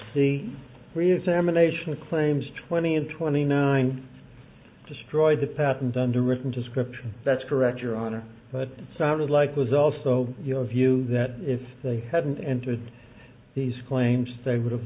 the reexamination claims twenty and twenty nine destroyed the patent under written description that's correct your honor but it sounded like was also you know a view that if they hadn't entered these claims they would have